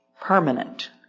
permanent